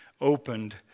opened